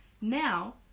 Now